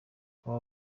aba